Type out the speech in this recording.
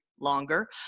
longer